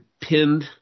pinned